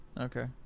Okay